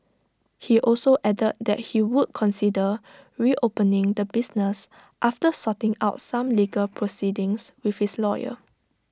he also added that he would consider reopening the business after sorting out some legal proceedings with his lawyer